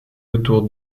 autour